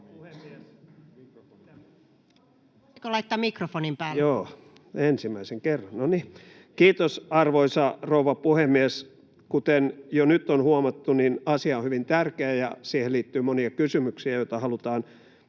Kiitos, arvoisa rouva puhemies! Kuten jo nyt on huomattu, asia on hyvin tärkeä ja siihen liittyy monia kysymyksiä, joita halutaan